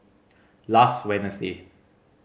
last Wednesday